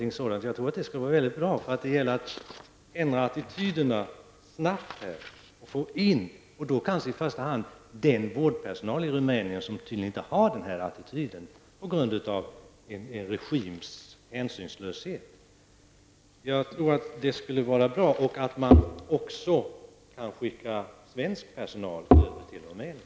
Jag tror att det skulle vara bra för att snabbt ändra attityder. I första hand skulle det gälla den vårdpersonal i Rumänien som har en annan attityd på grund av en regims hänsynslöshet. Man skulle även kunna skicka svensk personal till Rumänien.